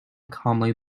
calmly